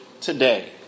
today